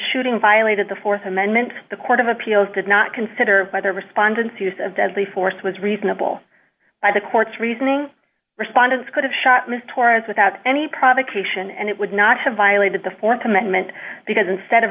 shooting violated the th amendment the court of appeals did not consider whether respondents use of deadly force was reasonable by the court's reasoning respondents could have shot miss torres without any provocation and it would not have violated the th amendment because instead of